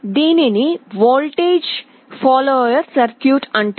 దీనిని voltage follower circuit అంటారు